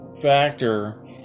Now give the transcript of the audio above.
factor